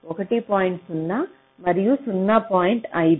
0 మరియు 0